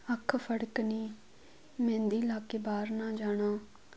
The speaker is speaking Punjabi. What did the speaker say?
ਅੱਖ ਫੜਕਣੀ ਮਹਿੰਦੀ ਲਾ ਕੇ ਬਾਹਰ ਨਾ ਜਾਣਾ